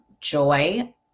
joy